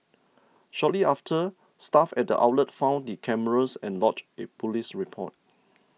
shortly after staff at the outlet found the cameras and lodged a police report